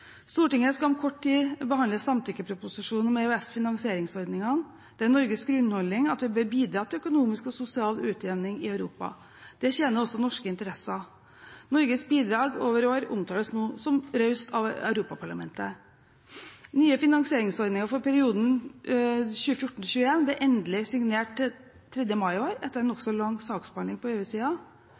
Stortinget skal om kort tid behandle samtykkeproposisjonen om EØS-finansieringsordningene. Det er Norges grunnholdning at vi bør bidra til økonomisk og sosial utjevning i Europa. Det tjener også norske interesser. Norges bidrag over år omtales nå som raust av Europaparlamentet. Nye finansieringsordninger for perioden 2014–2021 ble endelig signert 3. mai i år, etter en nokså lang saksbehandling på